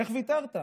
איך ויתרת?